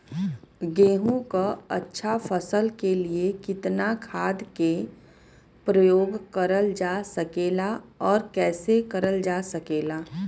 गेहूँक अच्छा फसल क लिए कितना खाद के प्रयोग करल जा सकेला और कैसे करल जा सकेला?